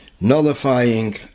nullifying